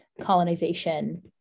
colonization